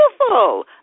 beautiful